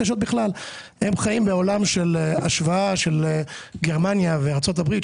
הם חייב בעולם של השוואה לגרמניה וארצות הברית,